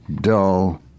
dull